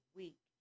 week